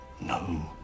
No